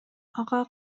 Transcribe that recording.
ага